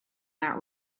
that